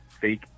fake